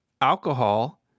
alcohol